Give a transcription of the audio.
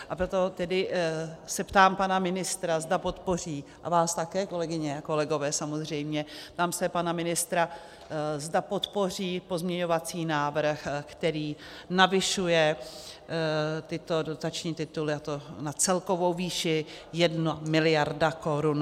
A proto tedy se ptám pana ministra, zda podpoří, a vás také, kolegyně a kolegové, samozřejmě, ptám se pana ministra, zda podpoří pozměňovací návrh, který navyšuje tyto dotační tituly, a to na celkovou výši 1 miliarda korun.